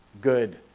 good